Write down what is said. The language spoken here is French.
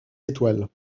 étoiles